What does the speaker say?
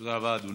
תודה רבה, אדוני.